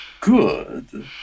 Good